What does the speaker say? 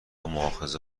مواخذه